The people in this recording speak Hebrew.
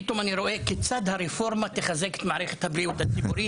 פתאום אני רואה כיצד הרפורמה תחזק את מערכת הבריאות הציבורית?